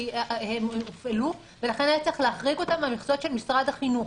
כי הם הופעלו ולכן היה צריך להחריג אותם מהמכסות של משרד החינוך.